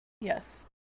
Yes